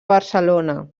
barcelona